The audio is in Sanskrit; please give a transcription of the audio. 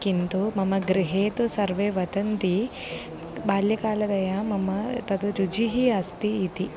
किन्तु मम गृहे तु सर्वे वदन्ति बाल्यकालतया मम तद् रुचिः अस्ति इति